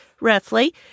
roughly